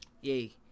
yay